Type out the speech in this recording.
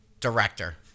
Director